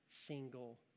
single